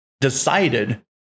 decided